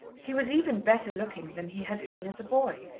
he was even better-looking than he had been as a boy,